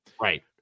Right